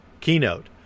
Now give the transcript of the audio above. Keynote